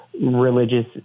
religious